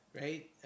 right